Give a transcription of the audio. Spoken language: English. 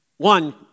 One